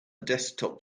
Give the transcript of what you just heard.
desktop